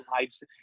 lives